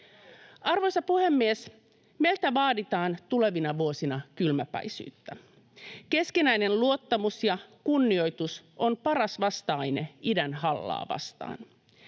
Arvoisa puhemies! Meiltä vaaditaan tulevina vuosina kylmäpäisyyttä. Keskinäisen luottamuksen ja kunnioitus on paras vasta-aine idän hallaa vastaan.